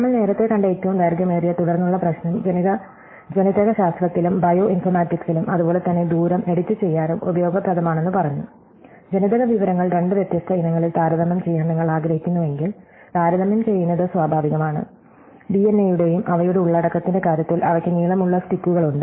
നമ്മൾ നേരത്തെ കണ്ട ഏറ്റവും ദൈർഘ്യമേറിയ തുടർന്നുള്ള പ്രശ്നം ജനിതകശാസ്ത്രത്തിലും ബയോ ഇൻഫോർമാറ്റിക്സിലും അതുപോലെ തന്നെ ദൂരം എഡിറ്റുചെയ്യാനും ഉപയോഗപ്രദമാണെന്ന് പറഞ്ഞു ജനിതക വിവരങ്ങൾ രണ്ട് വ്യത്യസ്ത ഇനങ്ങളിൽ താരതമ്യം ചെയ്യാൻ നിങ്ങൾ ആഗ്രഹിക്കുന്നുവെങ്കിൽ താരതമ്യം ചെയ്യുന്നത് സ്വാഭാവികമാണ് ഡിഎൻഎയുടെയും അവയുടെ ഉള്ളടക്കത്തിന്റെ കാര്യത്തിൽ അവയ്ക്ക് നീളമുള്ള സ്റ്റിക്കുകളുണ്ട്